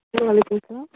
وعلیکُم سَلام